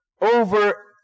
over